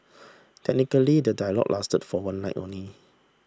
technically the dialogue lasted for one night only